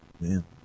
Man